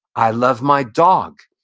i love my dog,